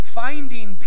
finding